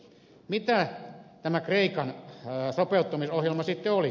mitä tämä kreikan sopeuttamisohjelma sitten oli